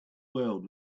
world